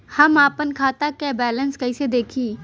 हम आपन खाता क बैलेंस कईसे देखी?